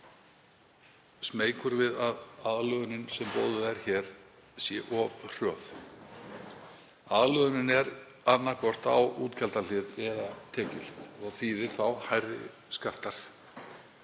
smeykur við að aðlögunin sem boðuð er hér sé of hröð. Aðlögunin er annaðhvort á útgjaldahlið eða tekjuhlið og þýðir þá hærri skatta.